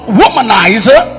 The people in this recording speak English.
womanizer